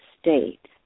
state